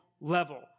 level